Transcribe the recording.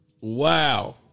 Wow